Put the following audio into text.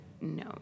No